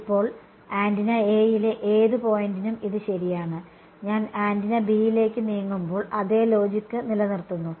ഇപ്പോൾ antenna A യിലെ ഏത് പോയിന്റിനും ഇത് ശരിയാണ് ഞാൻ ആന്റിന B യിലേക്ക് നീങ്ങുമ്പോൾ അതേ ലോജിക് നിലനിർത്തുന്നു